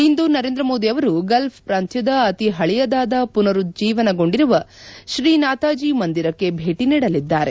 ಇಂದು ನರೇಂದ್ರ ಮೋದಿ ಅವರು ಗಲ್ಫ ಪ್ರಾಂತ್ಯದ ಅತಿ ಪಳೆಯದಾದ ಮನರುಜ್ಜೀವನಗೊಂಡಿರುವ ಶ್ರೀನಾತಾಜಿ ಮಂದಿರಕ್ಷೆ ಭೇಟಿ ನೀಡಲಿದ್ದಾರೆ